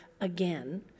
again